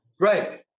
Right